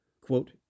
quote